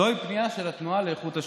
זוהי פנייה של התנועה לאיכות שלטון.